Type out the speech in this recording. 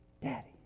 Daddy